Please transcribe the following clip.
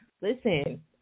Listen